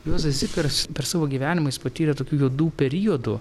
juozas zikaras per savo gyvenimą jis patyrė tokių juodų periodų